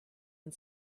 and